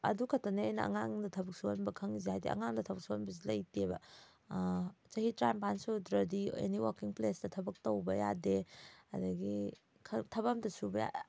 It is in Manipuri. ꯑꯗꯨ ꯈꯛꯇꯅꯦ ꯑꯩꯅ ꯑꯉꯥꯡꯗ ꯊꯕꯛ ꯁꯨꯍꯟꯕ ꯈꯪꯉꯤꯁꯦ ꯍꯥꯏꯗꯤ ꯑꯉꯥꯡꯗ ꯊꯕꯛ ꯁꯨꯍꯟꯕꯁꯤ ꯂꯩꯇꯦꯕ ꯆꯍꯤ ꯇꯔꯥ ꯅꯤꯄꯥꯟ ꯁꯨꯗ꯭ꯔꯗꯤ ꯑꯦꯅꯤ ꯋꯥꯔꯀꯤꯡ ꯄ꯭ꯂꯦꯁꯇ ꯊꯕꯛ ꯇꯧꯕ ꯌꯥꯗꯦ ꯑꯗꯒꯤ ꯊꯕꯛ ꯑꯃꯇ ꯁꯨꯕ